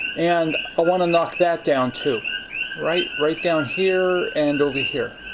and ah want to knock that down too right right down here and over here.